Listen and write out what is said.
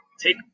take